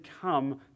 come